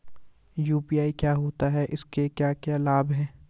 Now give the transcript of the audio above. UPI क्या होता है इसके क्या क्या लाभ हैं?